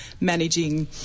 managing